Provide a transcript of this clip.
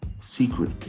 secret